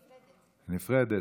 נפרדת,